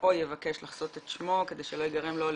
או יבקש לחסות את שמו כדי שלא ייגרם לו או